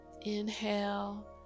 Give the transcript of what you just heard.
Inhale